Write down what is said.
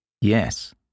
Yes